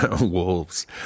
wolves